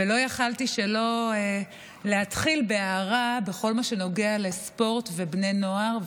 ולא יכולתי שלא להתחיל בהערה בכל מה שנוגע לספורט ובני נוער,